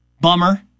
Bummer